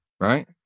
right